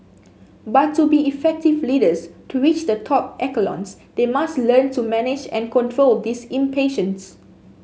but to be effective leaders to reach the top echelons they must learn to manage and control this impatience